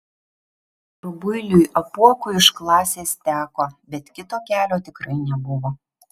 rubuiliui apuokui iš klasės teko bet kito kelio tikrai nebuvo